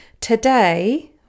today